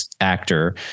actor